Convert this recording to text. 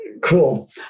Cool